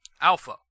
Alpha